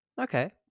Okay